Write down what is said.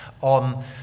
on